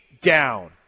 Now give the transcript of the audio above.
down